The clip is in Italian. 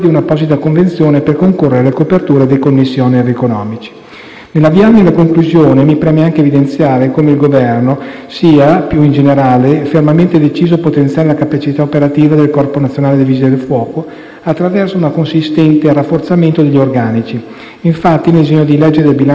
Nell'avviarmi alla conclusione, mi preme anche evidenziare come il Governo sia, più in generale, fermamente deciso a potenziare la capacità operativa del Corpo nazionale dei Vigili del fuoco attraverso un consistente rafforzamento degli organici. Infatti, nel disegno di legge di bilancio per il 2019, che è attualmente all'esame di questo ramo del Parlamento,